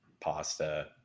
pasta